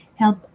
help